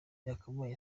yakabaye